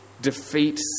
defeat